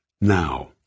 Now